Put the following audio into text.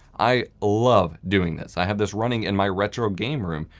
i love doing this i have this running in my retro game room,